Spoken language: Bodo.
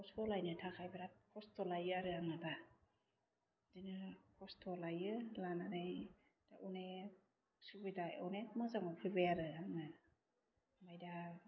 न'खरखौ सलायनो थाखाय बेराद खस्थ' लायो आरो आङो दा बिदिनो खस्थ' लायो लानानै दा अनेक सुबिदा अनेक मोजाङाव फैबाय आरो आङो आमफ्राइ दा